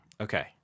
Okay